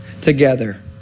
together